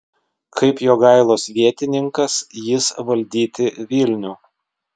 kaip jogailos vietininkas jis valdyti vilnių